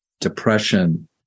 depression